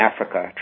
Africa